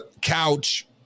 couch